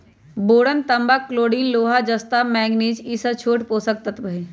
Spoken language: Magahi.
बोरन तांबा कलोरिन लोहा जस्ता मैग्निज ई स छोट पोषक तत्त्व हई